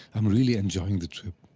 am really enjoying the trip,